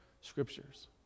Scriptures